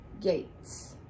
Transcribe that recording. gates